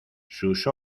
sus